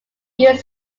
used